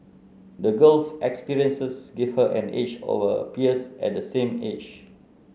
the girl's experiences gave her an edge over her peers at the same age